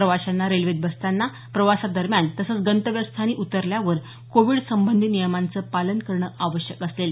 प्रवाशांना रेल्वेत बसताना प्रवासादरम्यान तसंच गंतव्यस्थानी उतरल्यावर कोविड संबंधी नियमांचं पालन करणं आवश्यक असेल